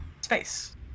space